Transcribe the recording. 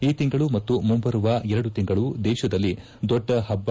ಈ ತಿಂಗಳು ಮತ್ತು ಮುಂಬರುವ ಎರಡು ತಿಂಗಳು ದೇಶದಲ್ಲಿ ದೊಡ್ಡ ಹಬ್ಬ